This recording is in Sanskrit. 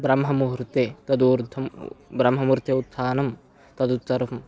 ब्रङह्ममुहूर्ते तद् ऊर्ध्वं ब्राह्ममुहूर्ते उत्थानं तदुत्तरं